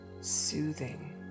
soothing